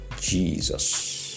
Jesus